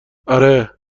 آره